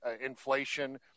inflation